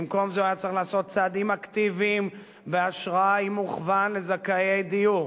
במקום זה הוא היה צריך לעשות צעדים אקטיביים בהשראה ומוכוון לזכאי דיור,